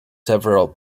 several